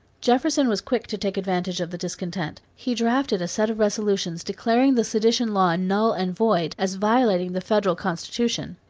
jefferson was quick to take advantage of the discontent. he drafted a set of resolutions declaring the sedition law null and void, as violating the federal constitution.